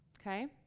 Okay